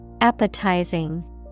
Appetizing